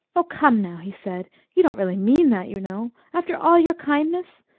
oh, come now, he said, you don't really mean that, you know. after all your kindness!